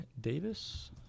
Davis